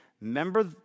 Remember